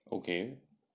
okay